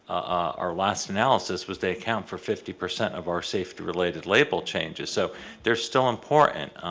our last analysis was they account for fifty percent of our safety-related label changes so they're still important.